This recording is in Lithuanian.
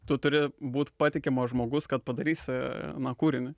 tu turi būt patikimas žmogus kad padarysi na kūrinį